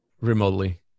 Remotely